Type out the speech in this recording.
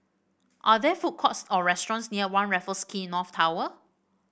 are there food courts or restaurants near One Raffles Quay North Tower